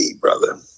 brother